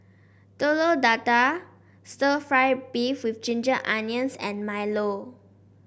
Telur Dadah stir fry beef with Ginger Onions and milo